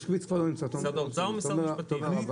משרד האוצר או משרד המשפטים?